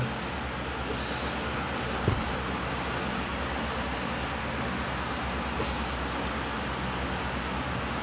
oh okay okay ah change the world I don't know oh my god I want to be more environment friendly oh my god talking about environment friendly